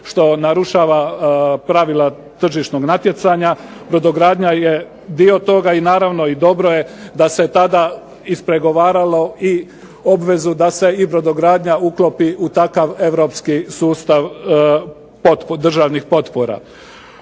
što narušava pravila tržišnog natjecanja. Brodogradnja je dio toga i naravno i dobro je da se tada ispregovaralo i obvezu da se brodogradnja uklopi u takav europski sustav državnih potpora.